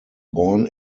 born